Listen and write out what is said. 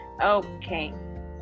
Okay